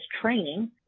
training